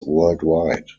worldwide